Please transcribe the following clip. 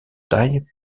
taille